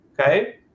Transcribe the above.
Okay